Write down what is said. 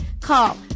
Call